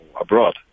abroad